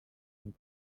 and